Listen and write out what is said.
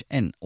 en